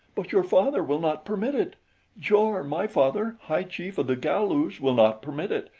but your father will not permit it jor, my father, high chief of the galus, will not permit it,